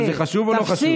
זה חשוב או לא חשוב?